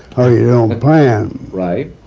or you don't plan. right.